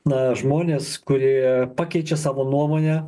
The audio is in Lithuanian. na žmonės kurie pakeičia savo nuomonę